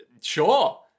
Sure